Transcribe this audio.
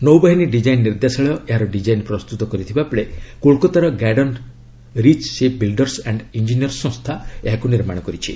ନୌବାହିନୀ ଡିକାଇନ୍ ନିର୍ଦ୍ଦେଶାଳୟ ଏହାର ଡିଜାଇନ୍ ପ୍ରସ୍ତୁତ କରିଥିବାବେଳେ କୋଲକାତାର Garden Reach Shipbuilders and Engineers ସଂସ୍ଥା ଏହାକୁ ନିର୍ମାଣ କରିଛି